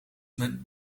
met